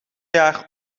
jaar